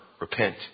repent